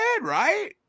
right